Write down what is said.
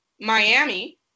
Miami